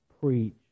preach